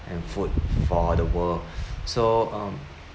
and food for the world so um